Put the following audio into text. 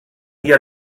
dia